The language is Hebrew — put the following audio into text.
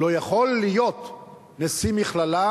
לא יכול להיות נשיא מכללה,